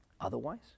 Otherwise